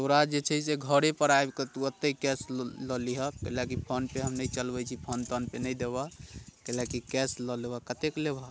तोरा जे छै से घरे पर आबिके तू एतै कैश लऽ लीह कैश लऽके फोन पे हम नहि चलबैत छी फोन तोन पे नहि देबऽ कैला कि कैश लऽ लेबहऽ कते लेबहऽ